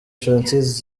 francis